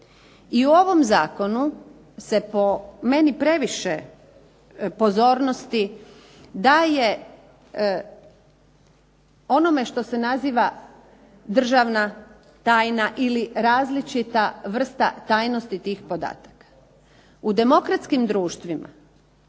I u ovom zakonu se po meni previše pozornosti daje onome što se naziva državna tajna ili različita vrsta tajnosti tih podataka. U demokratskim društvima